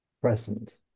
present